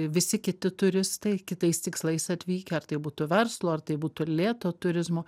visi kiti turistai kitais tikslais atvykę ar tai būtų verslo ar tai būtų lėto turizmo